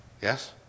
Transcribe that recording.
Yes